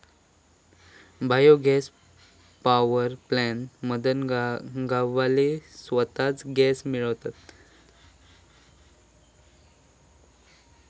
bio gas power plant मधना गाववाले स्वताच गॅस मिळवतत